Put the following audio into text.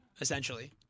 essentially